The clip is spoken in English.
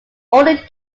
only